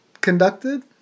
Conducted